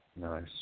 Nice